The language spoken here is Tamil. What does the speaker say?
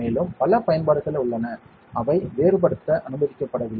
மேலும் பல பயன்பாடுகள் உள்ளன அவை வேறுபடுத்த அனுமதிக்கப்படவில்லை